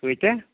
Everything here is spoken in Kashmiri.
کۭتیاہ